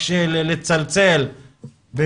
לצלצל,